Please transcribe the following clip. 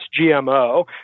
GMO